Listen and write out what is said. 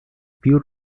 più